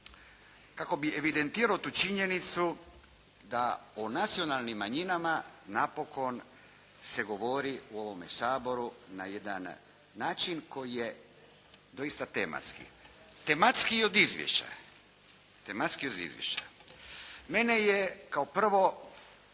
kako bih evidentirao tu činjenicu da o nacionalnim manjinama napokon se govori u ovome Saboru na jedan način koji je doista tematski. Tematskiji od izvješća, tematskiji od izvješća. Mene je kao prvo